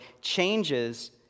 changes